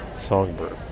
Songbird